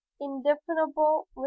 indefinable